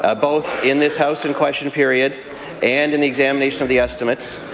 ah both in this house in question period and in the examination of the estimates,